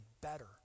better